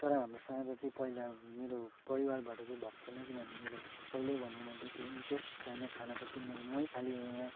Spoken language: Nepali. तर हाम्रो साझा चाहिँ पहिला मेरो परिवारबाट चाहिँ भएको छैन किनभने मेरो पहिल्यै भनेँ मैले त्यो इन्ट्रेस छैन खानापट्टि मै खालि हो यहाँ